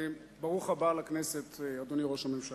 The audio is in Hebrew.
ברוך הבא לכנסת, אדוני ראש הממשלה.